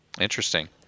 Interesting